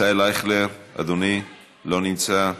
ישראל אייכלר, לא נמצא,